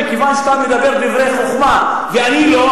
מכיוון שאתה מדבר דברי חוכמה ואני לא,